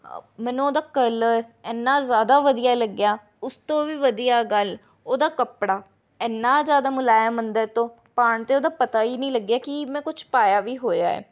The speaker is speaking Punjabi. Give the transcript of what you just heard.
ਮੈਨੂੰ ਉਹਦਾ ਕਲਰ ਇੰਨਾਂ ਜ਼ਿਆਦਾ ਵਧੀਆ ਲੱਗਿਆ ਉਸ ਤੋਂ ਵੀ ਵਧੀਆ ਗੱਲ ਉਹਦਾ ਕੱਪੜਾ ਇੰਨਾਂ ਜ਼ਿਆਦਾ ਮੁਲਾਇਮ ਅੰਦਰ ਤੋਂ ਪਾਉਣ 'ਤੇ ਉਹਦਾ ਪਤਾ ਹੀ ਨਹੀਂ ਲੱਗਿਆ ਕਿ ਮੈਂ ਕੁਛ ਪਾਇਆ ਵੀ ਹੋਇਆ